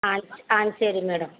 ஆ ஆ சரி மேடம்